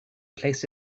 placed